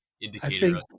indicator